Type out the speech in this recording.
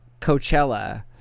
Coachella